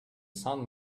sun